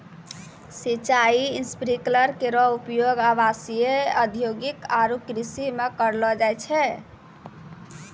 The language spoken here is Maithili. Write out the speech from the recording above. सिंचाई स्प्रिंकलर केरो उपयोग आवासीय, औद्योगिक आरु कृषि म करलो जाय छै